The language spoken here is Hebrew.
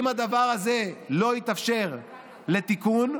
אם הדבר הזה לא יתאפשר לתיקון,